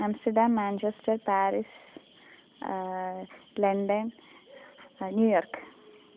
Amsterdam Manchester Paris London New York